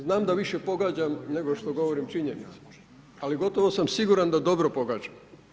Znam da više pogađam nego što govorim činjenice, ali gotovo sam siguran da dobro pogađam.